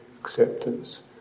acceptance